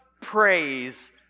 praise